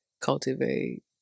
cultivate